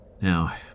now